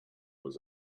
was